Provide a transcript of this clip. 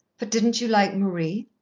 but didn't you like marie?